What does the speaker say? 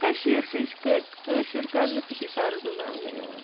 کٔشیٖر چھِ یہِ چھِ کٲشُر کَرنہٕ سۭتی پَزناونہٕ یِوان